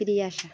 Priyasa